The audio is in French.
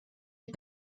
est